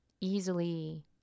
easily